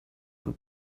von